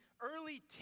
early